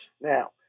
Now